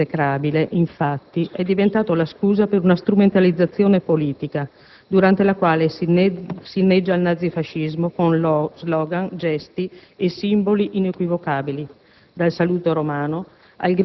Il ricordo di quell'eccidio esecrabile, infatti, è diventato la scusa per una strumentalizzazione politica durante la quale si inneggia al nazifascista con *slogan*, gesti e simboli inequivocabili,